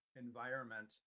environment